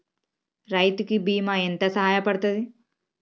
రైతు కి బీమా ఎంత సాయపడ్తది?